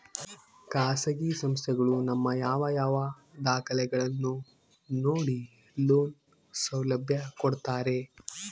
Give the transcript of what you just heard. ಖಾಸಗಿ ಸಂಸ್ಥೆಗಳು ನಮ್ಮ ಯಾವ ಯಾವ ದಾಖಲೆಗಳನ್ನು ನೋಡಿ ಲೋನ್ ಸೌಲಭ್ಯ ಕೊಡ್ತಾರೆ?